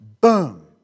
boom